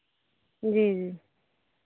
जी जी